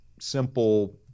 simple